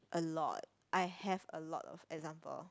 a lot I have a lot of example